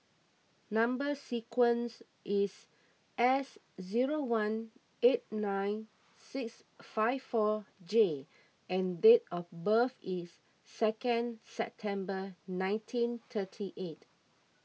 Number Sequence is S zero one eight nine six five four J and date of birth is second September nineteen thirty eight